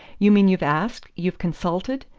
you mean you've asked you've consulted?